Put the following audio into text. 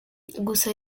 gusa